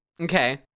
Okay